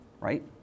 right